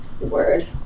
Word